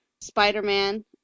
spider-man